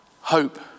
hope